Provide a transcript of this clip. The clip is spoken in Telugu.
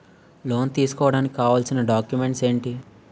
లోన్ తీసుకోడానికి కావాల్సిన డాక్యుమెంట్స్ ఎంటి?